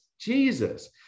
Jesus